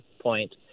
point